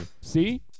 See